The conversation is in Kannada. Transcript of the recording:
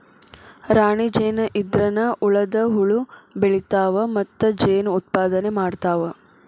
ರಾಣಿ ಜೇನ ಇದ್ರನ ಉಳದ ಹುಳು ಬೆಳಿತಾವ ಮತ್ತ ಜೇನ ಉತ್ಪಾದನೆ ಮಾಡ್ತಾವ